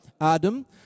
Adam